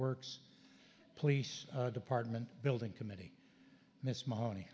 works police department building committee miss m